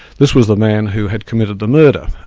this was the man who had committed the murder,